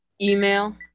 email